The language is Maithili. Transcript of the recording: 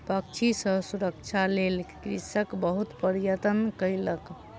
पक्षी सॅ सुरक्षाक लेल कृषक बहुत प्रयत्न कयलक